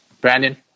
Brandon